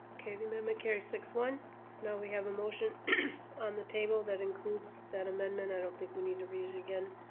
the amendment carries six one. so now we have a motion on the table that includes that amendment. i don't think we need to read it again.